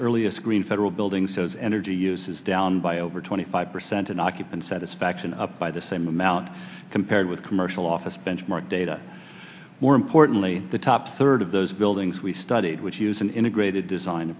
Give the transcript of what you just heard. earliest green federal buildings says energy use is down by over twenty five percent an occupant satisfaction up by the same amount compared with commercial office benchmark data more importantly the top third of those buildings we studied which use an integrated design